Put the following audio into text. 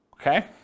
Okay